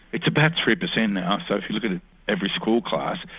it's about three percent now, so if you look at at every school class,